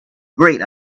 great